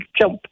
jump